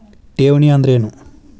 ಠೇವಣಿ ಅಂದ್ರೇನು?